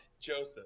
Joseph